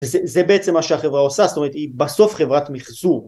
זה בעצם מה שהחברה עושה זאת אומרת היא בסוף חברת מיחזור